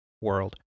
world